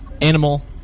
animal